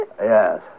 Yes